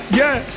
yes